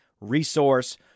resource